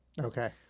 Okay